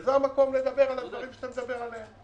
שזה המקום לדבר על הדברים שאתה מדבר עליהם,